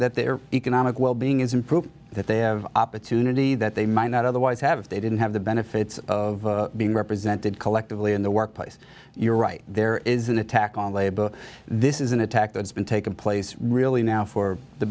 their economic wellbeing is improved that they have opportunity that they mind that other as have if they didn't have the benefits of being represented collectively in the workplace you're right there is an attack on labor this is an attack that's been taken place really now for the